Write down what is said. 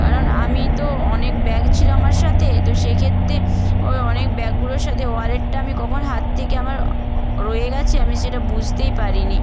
কারণ আমি তো অনেক ব্যাগ ছিলো আমার সাথে তো সেক্ষেত্রে ওই অনেক ব্যাগগুলোর সাথে ওয়ালেটটা আমি কখন হাত থেকে আমার রয়ে গেছে আমি সেটা বুঝতেই পারিনি